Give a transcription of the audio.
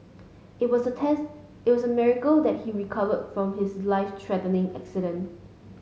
it was a text it was miracle that he recovered from his life threatening accident